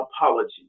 apology